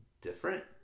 different